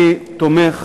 אני תומך